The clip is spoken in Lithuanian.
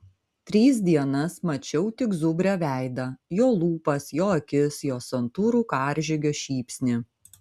tris dienas mačiau tik zubrio veidą jo lūpas jo akis jo santūrų karžygio šypsnį